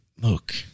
look